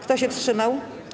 Kto się wstrzymał?